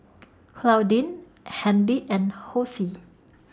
Claudine Handy and Hosie